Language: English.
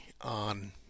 on